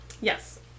Yes